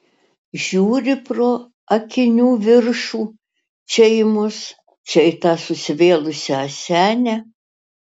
žiūri pro akinių viršų čia į mus čia į tą susivėlusią senę